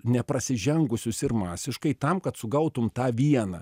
neprasižengusius ir masiškai tam kad sugautum tą vieną